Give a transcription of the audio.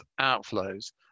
outflows